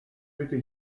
bitte